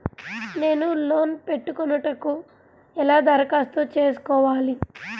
నేను లోన్ పెట్టుకొనుటకు ఎలా దరఖాస్తు చేసుకోవాలి?